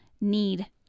need